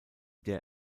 der